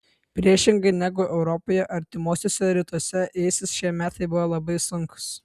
priešingai negu europoje artimuosiuose rytuose isis šie metai buvo labai sunkūs